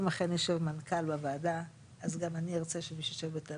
אם אכן יושב מנכ"ל בוועדה אז גם אני ארצה שמי שיישב איתנו